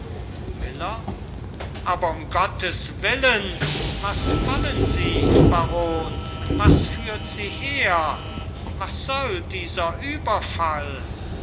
miller aber um gottes willen was wollen sie baron was führt sie her was soll dieser überfall